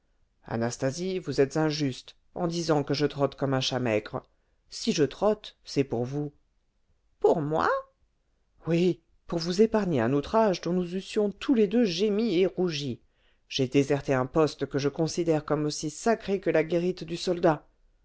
anastasie vous êtes injuste en disant que je trotte comme un chat maigre si je trotte c'est pour vous pour moi oui pour vous épargner un outrage dont nous eussions tous les deux gémi et rougi j'ai déserté un poste que je considère comme aussi sacré que la guérite du soldat